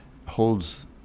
holds